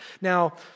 Now